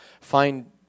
find